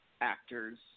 actors